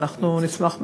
ואנחנו נשמח מאוד.